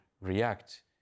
react